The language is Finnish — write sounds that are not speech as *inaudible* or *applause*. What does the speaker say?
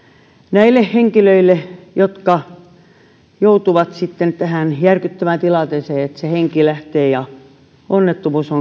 näille henkilöille jotka joutuvat sitten tähän järkyttävään tilanteeseen että henki lähtee ja onnettomuus *unintelligible*